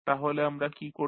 তাহলে আমরা কী করব